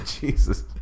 Jesus